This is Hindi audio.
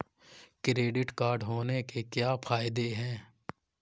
क्रेडिट कार्ड होने के क्या फायदे हैं?